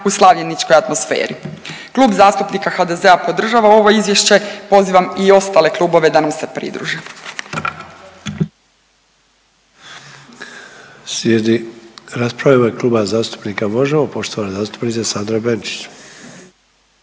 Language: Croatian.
u slavljeničkoj atmosferi. Klub zastupnika HDZ-a podržava ovo izvješće, pozivam i ostale klubove da nam se pridruže. **Sanader, Ante (HDZ)** Slijedi rasprava u ime Kluba zastupnika Možemo poštovane zastupnice Sandre Benčić.